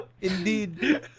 Indeed